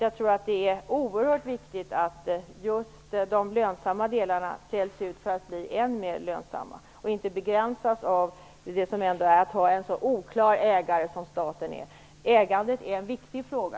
Jag tror att det är oerhört viktigt att just de lönsamma delarna säljs ut för att de skall bli ännu mer lönsamma och inte begränsas av ett så oklart ägande som statligt ägande är. Ägandet är en viktig fråga.